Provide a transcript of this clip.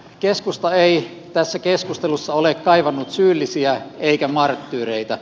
keskusta ei tässä keskustelussa ole kaivannut syyllisiä eikä marttyyreitä